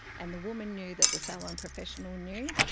and the woman knew that the salon professional knew,